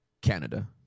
Canada